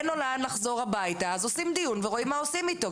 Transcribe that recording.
אין לו לאן לחזור הביתה אז עושים דיון ורואים מה עושים איתו,